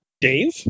Dave